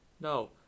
No